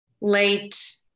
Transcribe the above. late